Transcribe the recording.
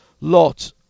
lot